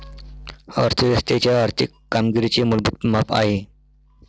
अर्थ व्यवस्थेच्या आर्थिक कामगिरीचे मूलभूत माप आहे